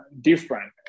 different